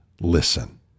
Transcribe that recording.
listen